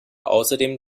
außerdem